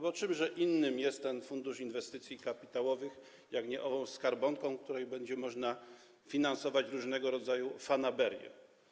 Bo czymże innym jest ten Fundusz Inwestycji Kapitałowych, jeśli nie ową skarbonką, z której będzie można finansować różnego rodzaju fanaberie.